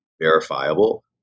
verifiable